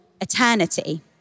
eternity